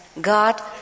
God